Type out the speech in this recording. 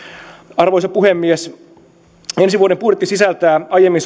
arvoisa puhemies ensi vuoden budjetti sisältää aiemmin